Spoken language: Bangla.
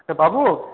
বাবু